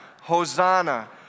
Hosanna